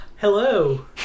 Hello